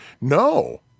no